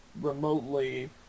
remotely